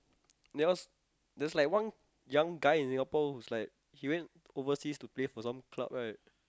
that was there's like one guy in Singapore which like they went overseas to play for some club right